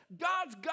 God's